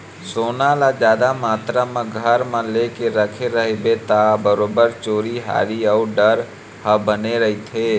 सोना ल जादा मातरा म घर म लेके रखे रहिबे ता बरोबर चोरी हारी अउ डर ह बने रहिथे